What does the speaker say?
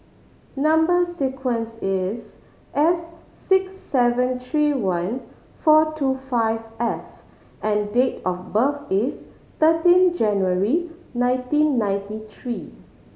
number sequence is S six seven three one four two five F and date of birth is thirteen January nineteen ninety three